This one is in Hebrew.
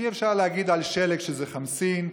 ואי-אפשר להגיד על שלג שזה חמסין,